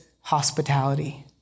hospitality